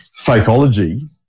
fakeology